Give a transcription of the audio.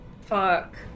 Fuck